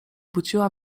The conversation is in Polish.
budziła